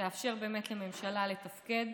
שתאפשר באמת לממשלה לתפקד,